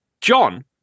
John